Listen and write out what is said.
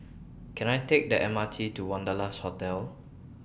Can I Take The M R T to Wanderlust Hotel